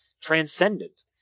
transcendent